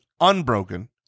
unbroken